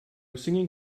singing